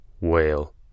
whale